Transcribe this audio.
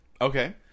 Okay